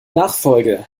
nachfolge